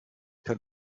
kann